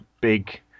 big